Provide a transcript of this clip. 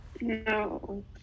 No